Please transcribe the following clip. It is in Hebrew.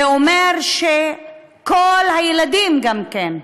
זה אומר שכל הילדים, גם כן,